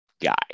guy